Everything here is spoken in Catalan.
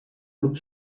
grup